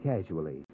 casually